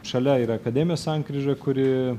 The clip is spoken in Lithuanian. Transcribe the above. šalia yra akademijos sankryža kuri